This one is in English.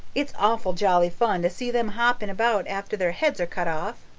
it's awful jolly fun to see them hopping about after their heads are cut off.